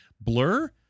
Blur